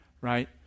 Right